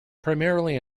primarily